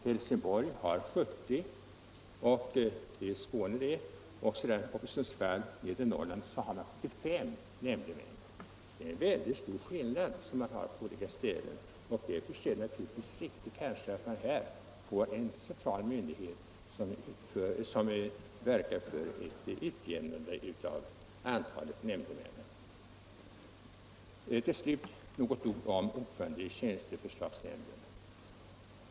Helsingborg under hovrätten för Skåne och Blekinge har 70 nämndemän, och Sundsvall under hovrätten för Nedre Norrland har 85 nämndemän. Det är nu mycket stor skillnad mellan olika tingsrätter, och därför är det riktigt att låta en central myndighet verka för ett utjämnande av antalet nämndemän. Till slut några ord om ordföranden i tjänsteförslagsnämnden.